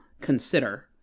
consider